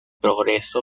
progreso